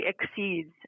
exceeds